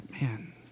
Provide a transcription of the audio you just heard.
Man